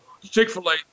Chick-fil-A